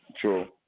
True